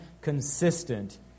consistent